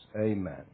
Amen